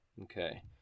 Okay